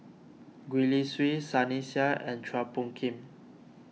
Gwee Li Sui Sunny Sia and Chua Phung Kim